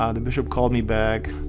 um the bishop called me back.